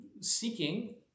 seeking